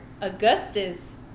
Augustus